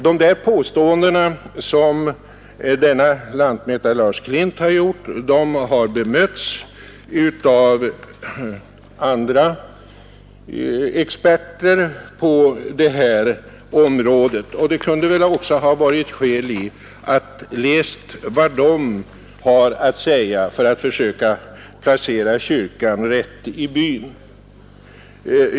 De påståenden, som lantmätare Lars Klint gjort har bemötts av andra experter på detta område, och det skulle väl också, för att placera kyrkan mitt i byn, ha funnits anledning att läsa vad de har att säga.